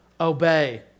obey